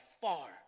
far